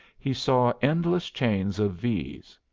he saw endless chains of v's.